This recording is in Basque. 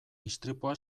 istripua